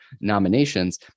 nominations